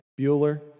Bueller